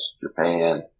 Japan